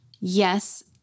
yes